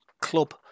club